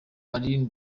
marine